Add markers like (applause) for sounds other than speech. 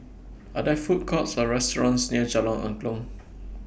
(noise) Are There Food Courts Or restaurants near Jalan Angklong (noise)